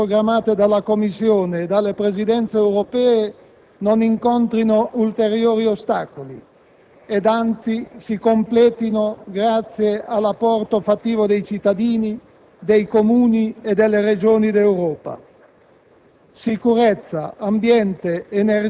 è necessario perché le azioni programmate dalla Commissione e dalle Presidenze europee non incontrino ulteriori ostacoli ed anzi si completino grazie all'apporto fattivo dei cittadini, dei Comuni e delle Regioni d'Europa.